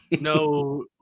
No